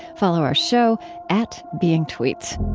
follow our show at beingtweets